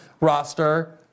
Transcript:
roster